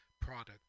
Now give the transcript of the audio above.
product